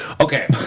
Okay